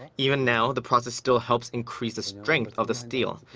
and even now, the process still helps increase the strength of the steel.